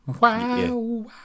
Wow